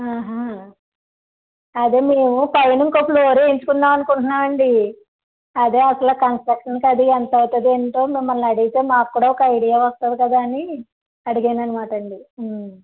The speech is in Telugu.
అదే మేము పైన ఇంకో ఫ్లోర్ వేయించుకున్న అనుకుంటున్నాను అండి అదే అసలు కన్స్ట్రక్షన్కి ఎంత అవుతుందో ఏంటో మిమ్మలని అడిగితే మాకు కూడా ఒక ఐడియా వస్తుంది కదా అని అడిగాను అన్నమాట అండి